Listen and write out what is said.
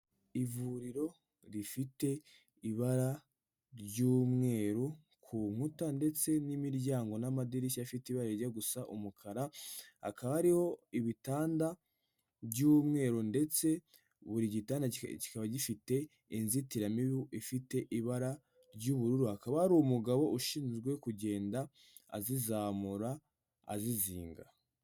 Ivuriro rifite ibara ry'umweru ku nkuta ndetse n'imiryango n'amadirishya afite ibara rijya gusa umukara, hakaba hariho ibitanda by'umweru ndetse buri gitanda kikaba gifite inzitiramibu ifite ibara ry'ubururu, hakaba ari umugabo ushinzwe kugenda azizamura azizinga.